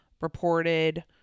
reported